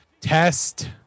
Test